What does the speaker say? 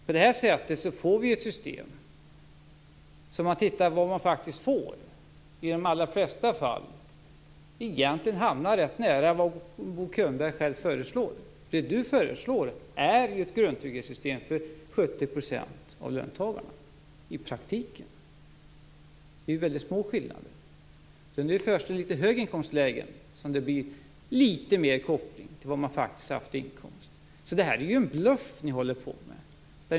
På det här sättet får vi ett system som om man tittar på vad man faktiskt får i de allra flesta fall egentligen hamnar rätt nära vad Bo Könberg själv föreslår. Det han föreslår är ju i praktiken ett grundtrygghetssystem för 70 % av löntagarna. Skillnaderna är väldigt små. Det är först i litet högre inkomstlägen som det blir litet mer koppling till vad man faktiskt har haft i inkomst. Det är en bluff, det som ni håller på med.